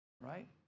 right